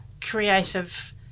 creative